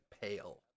pale